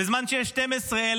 בזמן שיש 12,000